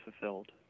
fulfilled